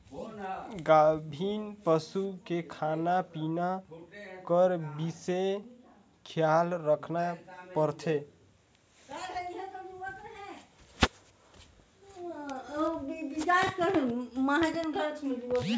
गाभिन पसू के खाना पिना कर बिसेस खियाल रखना परथे